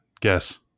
Guess